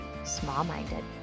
Small-minded